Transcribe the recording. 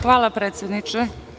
Hvala predsedniče.